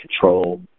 control